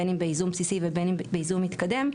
בין אם בייזום בסיסי ובין אם בייזום מתקדם,